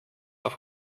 auf